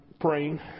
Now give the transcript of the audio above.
praying